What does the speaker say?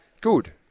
Good